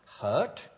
hurt